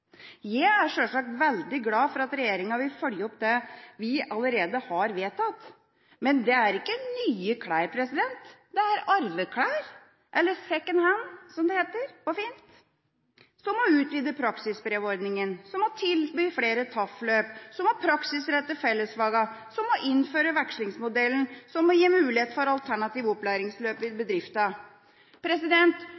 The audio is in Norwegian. Jeg er sjølsagt veldig glad for at regjeringa vil følge opp det vi allerede har vedtatt, men det er ikke nye klær, det er arveklær, eller secondhand som det heter på fint – som å utvide praksisbrevordningen, tilby flere TAF-løp, praksisrette fellesfagene, innføre vekslingsmodellen og gi mulighet for alternative opplæringsløp i